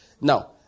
Now